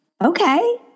okay